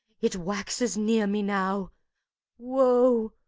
it waxes, nears me now woe,